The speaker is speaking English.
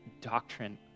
doctrine